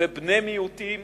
ובני מיעוטים